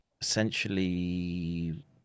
essentially